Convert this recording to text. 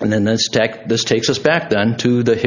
and then this deck this takes us back down to the